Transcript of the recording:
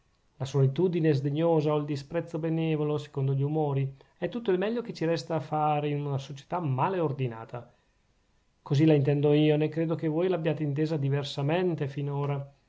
la solitudine sdegnosa o il disprezzo benevolo secondo gli umori è tutto il meglio che ci resta a fare in una società male ordinata così la intendo io nè credo che voi l'abbiate intesa diversamente finora